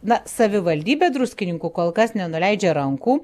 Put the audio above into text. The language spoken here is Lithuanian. na savivaldybė druskininkų kol kas nenuleidžia rankų